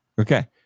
Okay